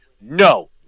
no